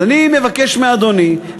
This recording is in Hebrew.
אני מבקש מאדוני,